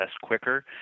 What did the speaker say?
quicker